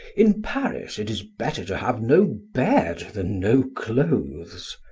in paris, it is better to have no bed than no clothes.